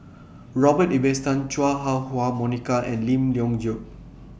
Robert Ibbetson Chua Ah Huwa Monica and Lim Leong Geok